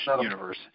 universe